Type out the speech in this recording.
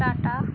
Tata